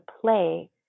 play